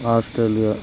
Australia